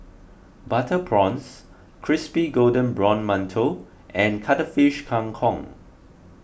Butter Prawns Crispy Golden Brown Mantou and Cuttlefish Kang Kong